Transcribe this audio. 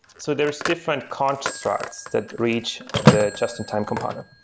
so there is different constructs that reach the just-in-time compiler.